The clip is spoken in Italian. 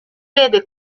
vede